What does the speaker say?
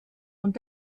und